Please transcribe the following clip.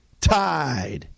tied